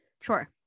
Sure